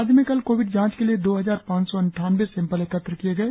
राज्य में कल कोविड जांच के लिए दो हजार पांच सौ अद्वानबे सैंपल एकत्र किए गए